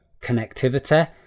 connectivity